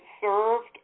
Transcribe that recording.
served